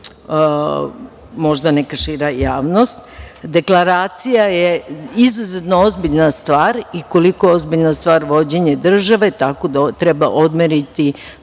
Možda neka šira javnost? Deklaracija je izuzetno ozbiljna stvar, koliko je ozbiljna stvar vođenje države, tako da treba odmeriti